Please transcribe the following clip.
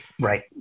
right